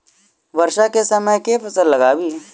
वर्षा केँ समय मे केँ फसल लगाबी?